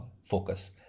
focus